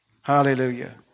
Hallelujah